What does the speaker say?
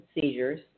seizures